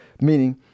meaning